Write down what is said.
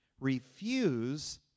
refuse